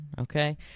Okay